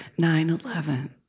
9-11